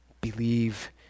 Believe